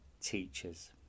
Teachers